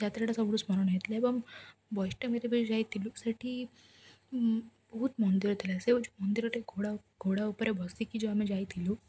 ଯାତ୍ରାଟା ସବୁଠୁ ସ୍ମରଣ ହୋଇଥିଲା ଏବଂ ବୈଷ୍ଣୋବ ଯେବେ ଯାଇଥିଲୁ ସେଠି ବହୁତ ମନ୍ଦିର ଥିଲା ସେ ଯେଉଁ ମନ୍ଦିରଟେ ଘୋଡ଼ା ଘୋଡ଼ା ଉପରେ ବସିକି ଯେଉଁ ଆମେ ଯାଇଥିଲୁ